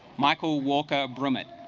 michael walker brummett